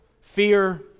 fear